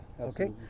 okay